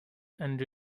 and